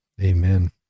Amen